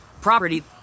Property